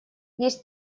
есть